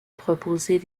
proposer